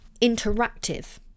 interactive